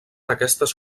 aquestes